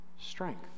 strength